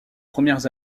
premières